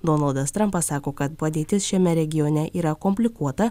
donaldas trampas sako kad padėtis šiame regione yra komplikuota